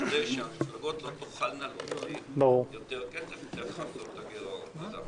כדי שהמפלגות לא תוכלנה להוציא יותר כסף כדי לכסות את הגירעון.